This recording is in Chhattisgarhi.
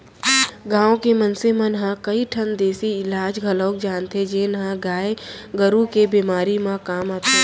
गांव के मनसे मन ह कई ठन देसी इलाज घलौक जानथें जेन ह गाय गरू के बेमारी म काम आथे